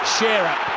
Shearer